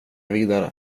vidare